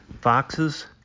Foxes